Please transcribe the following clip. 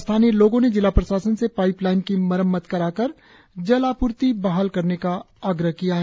स्थानीय लोगों ने जिला प्रशासन से पाईपलाईन की मरम्मत कराकर जल आपूर्ति बहाल करने का आग्रह किया है